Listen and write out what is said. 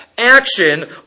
action